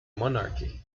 monarchy